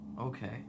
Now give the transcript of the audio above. Okay